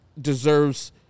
deserves